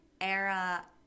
Era